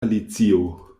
alicio